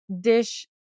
dish